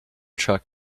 truck